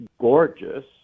gorgeous